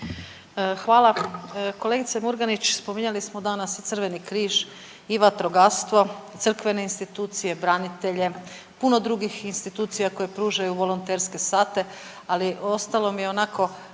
Hvala. Kolegice Murganić spominjali smo danas i Crveni križ i vatrogastvo, crkvene institucije, branitelje, puno drugih institucija koje pružaju volonterske sate, ali ostalo mi je onako